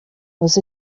was